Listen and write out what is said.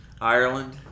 Ireland